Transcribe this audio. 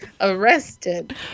arrested